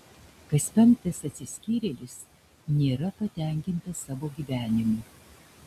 kas penktas atsiskyrėlis nėra patenkintas savo gyvenimu